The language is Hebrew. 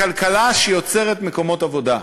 בכלכלה שיוצרת מקומות עבודה.